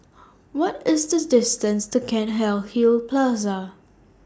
What IS The distance to Cairnhill Plaza